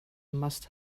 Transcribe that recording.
must